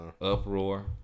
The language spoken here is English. Uproar